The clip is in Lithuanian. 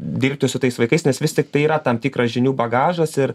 dirbti su tais vaikais nes vis tiktai yra tam tikras žinių bagažas ir